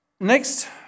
next